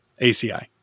ACI